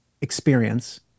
experience